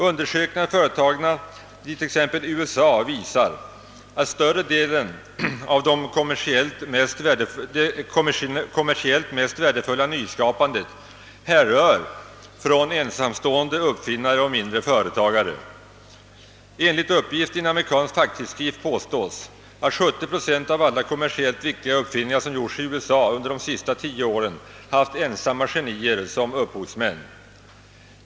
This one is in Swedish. Undersökningar, företagna i t.ex. USA, visar att större delen av det kommersiellt mest värdefulla nyskapandet härrör från uppfinnare som arbetar ensamma och från mindre företagare. Enligt uppgift i en amerikansk facktidskrift har 70 procent av alla kommersiellt viktiga uppfinningar som gjorts i USA under de senaste 10 åren haft ensamma genier som upphovsmän.